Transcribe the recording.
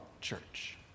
church